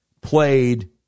played